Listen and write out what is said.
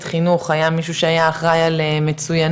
חינוך היה מישהו שהיה אחראי על מצוינות.